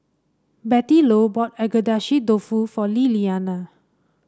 Bettylou bought Agedashi Dofu for Liliana